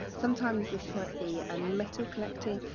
sometimes this might be a metal collecting,